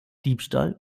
diebstahl